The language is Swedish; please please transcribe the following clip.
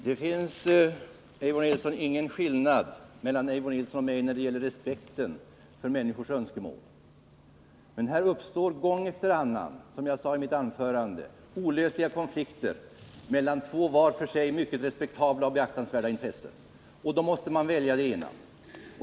Herr talman! Det finns, Eivor Nilson, ingen skillnad mellan Eivor Nilson och mig när det gäller respekten för människors önskemål. Men här uppstår gång efter annan, som jag sade i mitt anförande, olösliga konflikter mellan två var för sig mycket respektabla och beaktansvärda intressen. Och då måste man välja det ena.